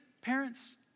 Parents